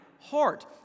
heart